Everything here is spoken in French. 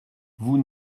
vous